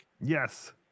yes